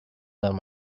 down